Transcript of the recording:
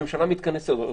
הממשלה מתכנסת עוד פעם,